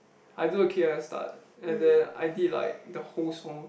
I do the kick at the start and then I did like the whole song